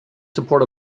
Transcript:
support